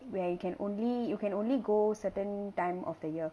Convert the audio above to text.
where you can only you can only go certain time of the year